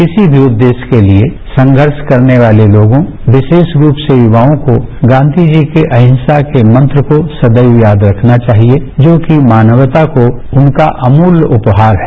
किसी भी उद्देश्य के लिए संघर्ष करने वाले लोगों विशेष रूप से युवाओं को गांवी जी के अहिंसा के मंत्र को सदैव याद रखना चाहिए जो कि मानवता को उनका अमूल्य उपहार है